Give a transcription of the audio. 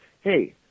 Hey